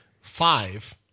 five